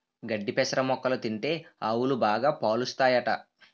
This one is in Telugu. గడ్డి పెసర మొక్కలు తింటే ఆవులు బాగా పాలుస్తాయట